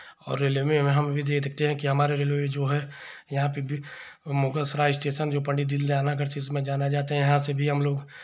और रेलवे में हम ये देखते हैं कि हमारे रेलवे में जो हैं यहाँ पे भी मुगलसराय स्टेशन जो पंडित दीनदयाल नगर से इस समय जाने जाते हैं यहाँ से भी हम लोग